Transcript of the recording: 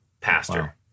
pastor